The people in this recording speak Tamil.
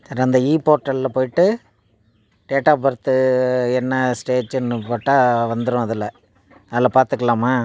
சரி அந்த இ போர்ட்டலில் போயிவிட்டு டேட் ஆப் பர்த்து என்ன ஸ்டேஜ்ஜுன்னு போட்டால் வந்துரும் அதில் அதில் பார்த்துக்கலாமா